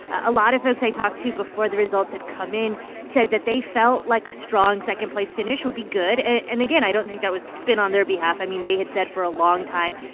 a lot of folks i talked to before the results had come in said that they felt like a strong second-place finish would be good. and and again, i don't think that was spin on their behalf. i mean, they had said, for a long time,